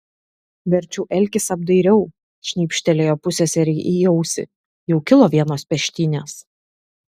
verčiau elkis apdairiau šnypštelėjo pusseserei į ausį jau kilo vienos peštynės